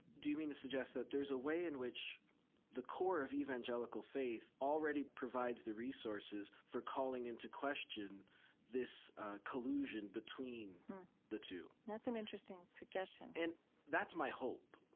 do you mean to suggest that there's a way in which the core of evangelical faith already provides the resources for calling into question this collusion between the two? hmm. that's an interesting suggestion and that's my hope,